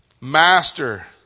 Master